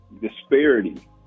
disparity